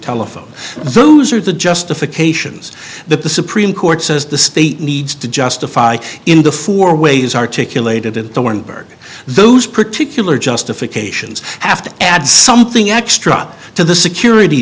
telephone those are the justifications that the supreme court says the state needs to justify in the four ways articulated in the one burg those particular justifications have to add something extra to the security